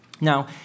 Now